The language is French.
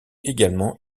également